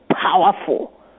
powerful